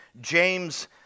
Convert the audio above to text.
James